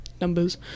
numbers